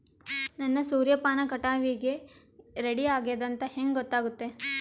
ನನ್ನ ಸೂರ್ಯಪಾನ ಕಟಾವಿಗೆ ರೆಡಿ ಆಗೇದ ಅಂತ ಹೆಂಗ ಗೊತ್ತಾಗುತ್ತೆ?